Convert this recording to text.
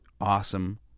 awesome